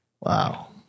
Wow